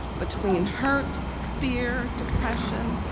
between hurt, fear, depression,